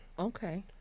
Okay